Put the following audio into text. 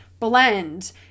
Blend